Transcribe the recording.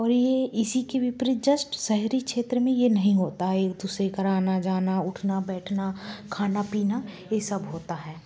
और यह इसी की विपरीत जस्ट शहरी क्षेत्र में यह नहीं होता है एक दूसरे घर आना जाना उठना बैठना खाना पीना यह सब होता है